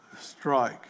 strike